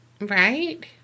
Right